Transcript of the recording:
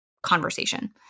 conversation